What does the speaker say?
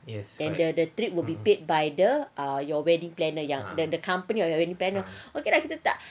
and the the trip will be paid by ah your wedding planner yang the the company of your wedding planner okay kita tak